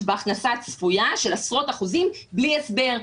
בהכנסה הצפויה של עשרות אחוזים בלי הסבר,